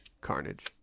carnage